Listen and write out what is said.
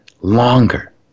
longer